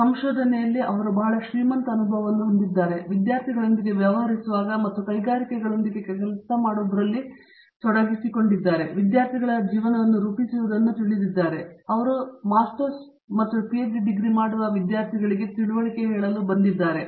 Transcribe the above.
ಸಂಶೋಧನೆಗೆ ಅವರು ಬಹಳ ಶ್ರೀಮಂತ ಅನುಭವವನ್ನು ಹೊಂದಿದ್ದಾರೆ ವಿದ್ಯಾರ್ಥಿಗಳೊಂದಿಗೆ ವ್ಯವಹರಿಸುವಾಗ ಮತ್ತು ಕೈಗಾರಿಕೆಗಳೊಂದಿಗೆ ಕೆಲಸ ಮಾಡುವುದರಲ್ಲಿ ತೊಡಗುತ್ತಾರೆ ವಿದ್ಯಾರ್ಥಿಗಳ ಜೀವನವನ್ನು ರೂಪಿಸುವುದನ್ನು ಅವರು ತಿಳಿದಿರುವರು ಅವರು ನಿಮಗೆ ಮಾಸ್ಟರ್ಸ್ ಡಿಗ್ರೀಸ್ ಪಿಎಚ್ಡಿ ಡಿಗ್ರೀಸ್ ಮತ್ತು ಇತರರು ತಿಳಿದಿರುವ ಮೂಲಕ ಹೋಗುತ್ತಾರೆ